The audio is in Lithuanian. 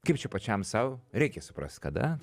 kaip čia pačiam sau reikia suprast kada